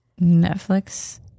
Netflix